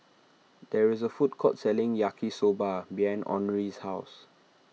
there is a food court selling Yaki Soba behind Henri's house